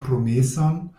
promeson